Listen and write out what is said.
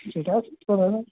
ସେଇଟା ଠିକ୍ କଥା ଯେ